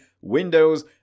Windows